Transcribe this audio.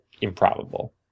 improbable